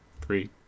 three